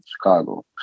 Chicago